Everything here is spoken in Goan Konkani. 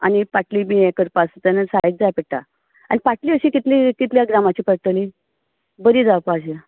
आनी पाटली बी हें करपा आसतना सायज जाय पडटा आनी पाटली अशी कितली कितल्या ग्रामाची पडटली बरी जावपा जाय